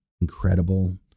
incredible